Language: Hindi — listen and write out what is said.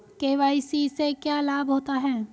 के.वाई.सी से क्या लाभ होता है?